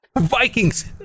Vikings